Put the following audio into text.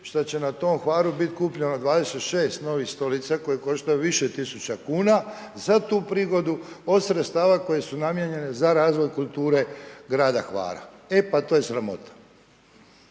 što će na tom Hvaru biti kupljeno 26 novih stolica koje koštaju više tisuća kuna za tu prigodu od sredstava koja su namijenjena za razvoj kulture grada Hvara. E, pa to je sramota.